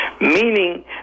meaning